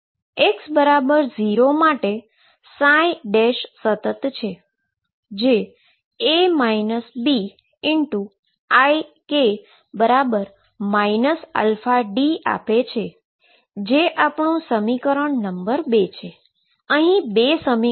અહીં બે સમીકરણ છે અને ત્રણ અજાણ્યા પેરામીટર છે